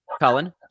Colin